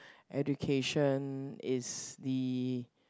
education is the